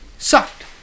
Sucked